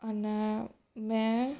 અને મેં